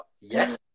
yes